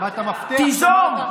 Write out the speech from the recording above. תיזום.